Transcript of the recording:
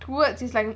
towards it's like